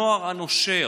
הנוער הנושר,